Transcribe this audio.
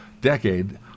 decade